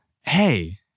hey